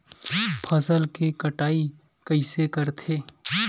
फसल के कटाई कइसे करथे?